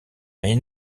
mais